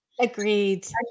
agreed